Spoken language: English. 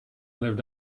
lived